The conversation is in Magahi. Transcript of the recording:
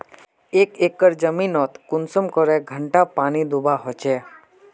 एक एकर जमीन नोत कुंसम करे घंटा पानी दुबा होचए?